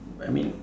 I mean